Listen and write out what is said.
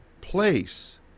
place